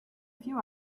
few